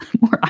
more